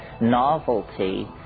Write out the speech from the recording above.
novelty